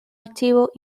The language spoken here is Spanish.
archivo